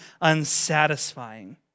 unsatisfying